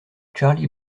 charlie